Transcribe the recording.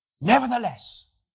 Nevertheless